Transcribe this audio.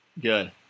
Good